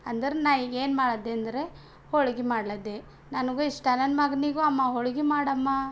ಅಂದರೆ ನಾ ಈಗ ಏನು ಮಾಡಿದೆ ಅಂದರೆ ಹೋಳಿಗೆ ಮಾಡ್ಲದ್ದೆ ನನಗೂ ಇಷ್ಟ ನನ್ನ ಮಗನಿಗೂ ಅಮ್ಮ ಹೋಳಿಗೆ ಮಾಡಮ್ಮ